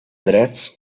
drets